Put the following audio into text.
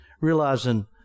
realizing